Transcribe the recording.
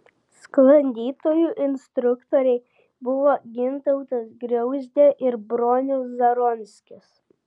sklandytojų instruktoriai buvo gintautas griauzdė ir bronius zaronskis